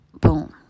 Boom